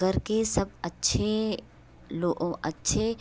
करके सब अच्छे लो ओ अच्छे